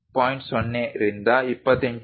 0 ರಿಂದ 28